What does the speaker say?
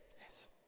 Yes